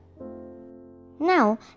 Now